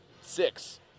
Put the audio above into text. six